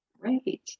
Great